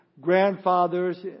grandfathers